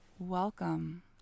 Welcome